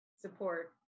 support